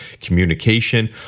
communication